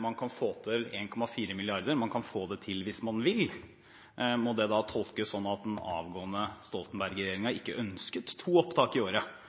man kan få til 1,4 mrd. kr, og at man kan få det til hvis man vil. Skal det da tolkes sånn at den avgående Stoltenberg-regjeringen ikke ønsket to opptak i året,